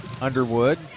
Underwood